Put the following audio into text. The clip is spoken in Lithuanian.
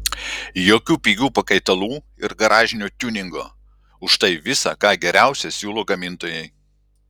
jokių pigių pakaitalų ir garažinio tiuningo užtai visa ką geriausia siūlo gamintojai